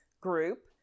Group